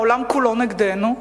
העולם כולו נגדנו.